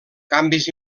canvis